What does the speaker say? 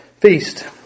Feast